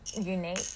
unique